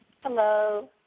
Hello